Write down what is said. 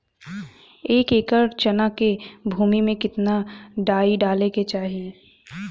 एक एकड़ चना के भूमि में कितना डाई डाले के चाही?